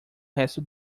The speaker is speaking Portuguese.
resto